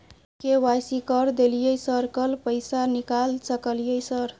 KYC कर दलियै sir कल पैसा निकाल सकलियै सर?